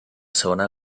segona